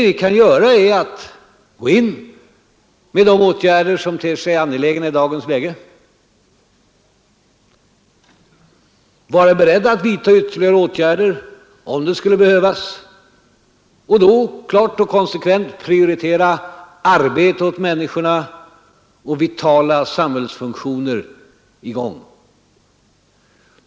Vad vi kan göra är att gå in med de åtgärder som ter sig angelägna i dagens läge, vara beredda att vidta ytterligare åtgärder om detta skulle behövas och att då med kraft och konsekvens prioritera medborgarnas arbetsmöjligheter och försöka hålla vitala samhällsfunktioner i gång.